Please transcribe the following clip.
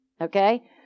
Okay